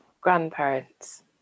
grandparents